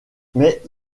mais